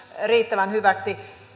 riittävän hyväksi